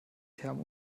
term